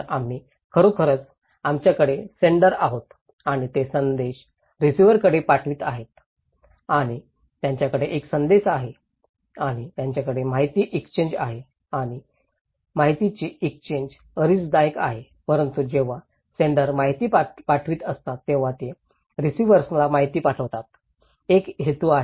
तर आम्ही खरोखरच आमच्याकडे सेण्डर आहोत आणि ते संदेश रिसिव्हरंकडे पाठवित आहेत आणि त्यांच्याकडे एक संदेश आहे आणि त्यांच्याकडे माहितीची एक्सचेन्ज आहे आणि माहितीची एक्सचेन्ज रिस्कदायक आहे परंतु जेव्हा सेण्डर माहिती पाठवित असतात तेव्हा ते रिसीव्हर्सना माहिती पाठवतात एक हेतू आहे